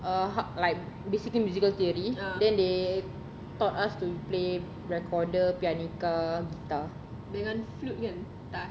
err like basically musical theory then they taught us to play recorder pianica entah